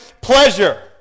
pleasure